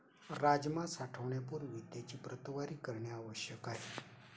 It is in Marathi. राजमा साठवण्यापूर्वी त्याची प्रतवारी करणे आवश्यक आहे